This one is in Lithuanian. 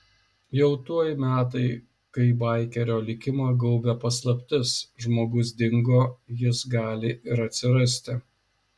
jau tuoj metai kai baikerio likimą gaubia paslaptis žmogus dingo jis gali ir atsirasti